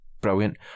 Brilliant